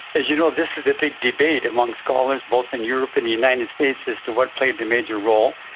as you know, this is a big debate amongst scholars, both in europe and the united states, as to what played the major role.